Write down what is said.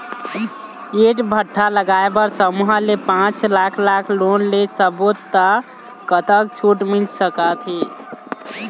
ईंट भट्ठा लगाए बर समूह ले पांच लाख लाख़ लोन ले सब्बो ता कतक छूट मिल सका थे?